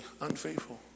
unfaithful